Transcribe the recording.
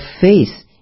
face